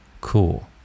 cool